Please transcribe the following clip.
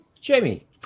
Jamie